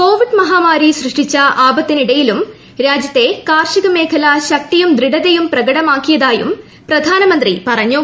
Covid മഹാമാരി സൃഷ്ടിച്ച ആപത്തിനിടയിലും രാജ്യത്തെ കാർഷികമേഖല ശക്തിയും ദൃഢതയും പ്രകടമാക്കിയതായും പ്രധാനമന്ത്രി പറഞ്ഞു